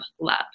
love